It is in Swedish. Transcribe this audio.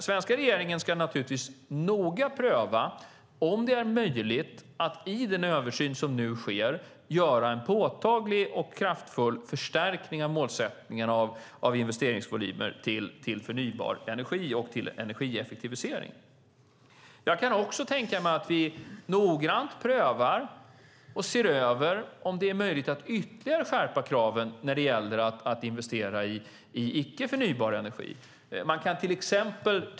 Svenska regeringen ska naturligtvis noga pröva om det är möjligt att i den översyn som nu sker göra en påtaglig och kraftfull förstärkning av målet i investeringsvolymer till förnybar energi och till energieffektivisering. Jag kan också tänka mig att vi noggrant prövar och ser över om det är möjligt att ytterligare skärpa kraven när det gäller att investera i icke förnybar energi.